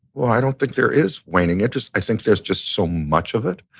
well, i don't think there is waning interest. i think there's just so much of it.